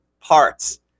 parts